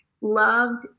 loved